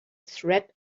threat